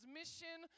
mission